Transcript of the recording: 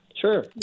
Sure